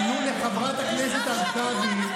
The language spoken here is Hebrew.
תנו לחברת הכנסת הרכבי,